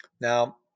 Now